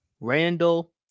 Randall